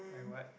like what